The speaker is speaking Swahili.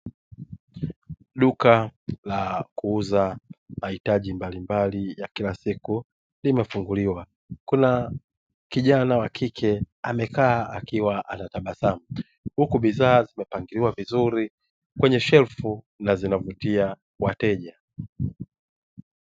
Duka la kuuza mahitaji mbalimbali ya kila siku limefunguliwa, kuna kijana wa kike amekaa akiwa anatabasamu huku bidhaa zimepangiliwa vizuri kwenye shelfu na zinavutia wateja.